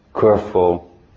careful